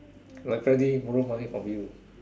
like Freddy borrow money from you